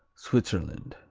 switzerland